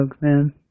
man